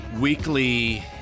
weekly